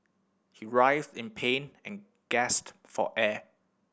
he writhed in pain and gasped for air